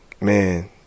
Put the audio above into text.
man